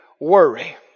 worry